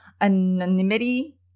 anonymity